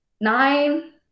nine